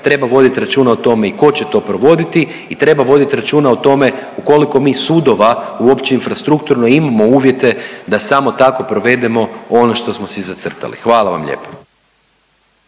treba vodit računa o tome i ko će to provoditi i treba vodit računa o tome u koliko mi sudova uopće infrastrukturno imamo uvjete da samo tako provedemo ono što smo si zacrtali, hvala vam lijepo.